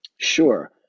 Sure